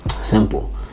Simple